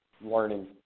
learning